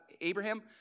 Abraham